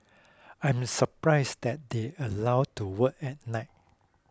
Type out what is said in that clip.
I'm surprised that they allowed to work at night